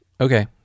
okay